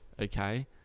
Okay